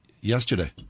Yesterday